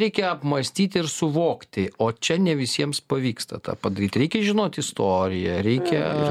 reikia apmąstyti ir suvokti o čia ne visiems pavyksta tą padaryt reikia žinoti istoriją reikia